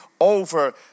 over